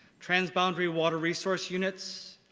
transboundary water resource units,